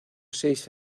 seis